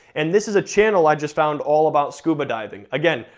and this is a channel i just found all about scuba diving. again,